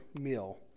meal